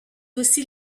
aussi